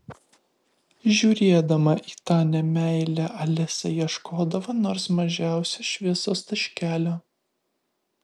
žiūrėdama į tą nemeilę alisa ieškodavo nors mažiausio šviesos taškelio